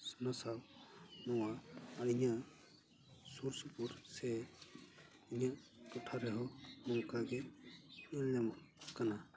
ᱚᱱᱟᱥᱟᱶ ᱱᱚᱶᱟ ᱤᱧᱟᱹᱜ ᱥᱩᱨ ᱥᱩᱯᱩᱨ ᱥᱮ ᱤᱧᱟᱹᱜ ᱴᱚᱴᱷᱟ ᱨᱮ ᱦᱚᱸ ᱱᱚᱝᱠᱟ ᱜᱮ ᱧᱮᱞ ᱧᱟᱢᱚᱜ ᱠᱟᱱᱟ